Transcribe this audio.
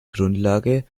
grundlage